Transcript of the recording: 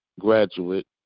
graduate